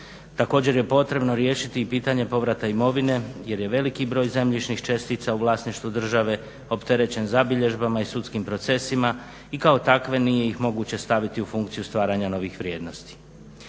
Također je potrebno riješiti i pitanje povrata imovine jer je veliki broj zemljišnih čestica u vlasništvu države opterećen zabilježbama i sudskim procesima i kao takve nije ih moguće staviti u funkciju stvaranja novih vrijednosti.